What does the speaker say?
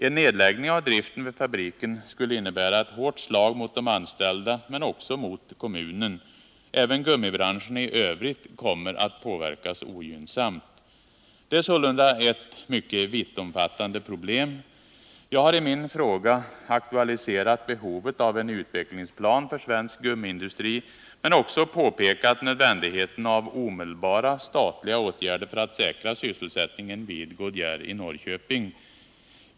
En nedläggning av driften vid fabriken skulle innebära ett hårt slag mot de anställda, men också mot kommunen. Även gummibranschen i övrigt kommer att påverkas ogynnsamt. Det är sålunda ett mycket vittomfattande problem. Jag har i min fråga aktualiserat behovet av en utvecklingsplan för svensk gummiindustri men också påpekat nödvändigheten av omedelbara statliga åtgärder för att sysselsättningen vid Goodyear i Norrköping.